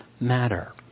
matter